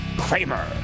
Kramer